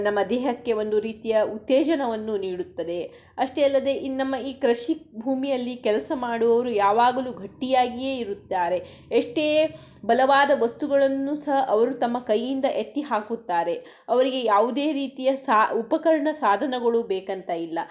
ನಮ್ಮ ದೇಹಕ್ಕೆ ಒಂದು ರೀತಿಯ ಉತ್ತೇಜನವನ್ನು ನೀಡುತ್ತದೆ ಅಷ್ಟೇ ಅಲ್ಲದೇ ಇನ್ನು ನಮ್ಮ ಈ ಕೃಷಿ ಭೂಮಿಯಲ್ಲಿ ಕೆಲಸ ಮಾಡುವವರು ಯಾವಾಗಲೂ ಗಟ್ಟಿಯಾಗಿಯೇ ಇರುತ್ತಾರೆ ಎಷ್ಟೇ ಬಲವಾದ ವಸ್ತುಗಳನ್ನು ಸಹ ಅವರು ತಮ್ಮ ಕೈಯಿಂದ ಎತ್ತಿ ಹಾಕುತ್ತಾರೆ ಅವರಿಗೆ ಯಾವುದೇ ರೀತಿಯ ಸಾ ಉಪಕರಣ ಸಾಧನಗಳು ಬೇಕಂತ ಇಲ್ಲ